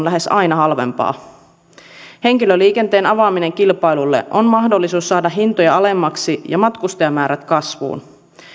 lähes aina halvempaa henkilöliikenteen avaaminen kilpailulle on mahdollisuus saada hintoja alemmaksi ja matkustajamäärät kasvuun